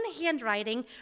handwriting